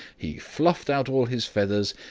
he fluffed out all his feathers,